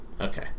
Okay